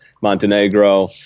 Montenegro